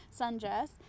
Sundress